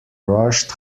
rushed